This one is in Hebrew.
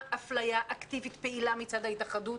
יש הפליה אקטיבית פעילה מצד ההתאחדות,